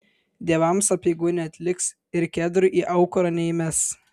dievams apeigų neatliks ir kedrų į aukurą neįmes